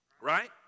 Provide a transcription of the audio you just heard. Right